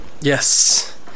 Yes